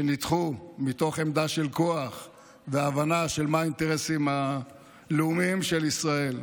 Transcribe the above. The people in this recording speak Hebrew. שנדחו מתוך עמדה של כוח והבנה של האינטרסים הלאומיים של ישראל.